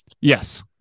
Yes